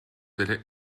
délai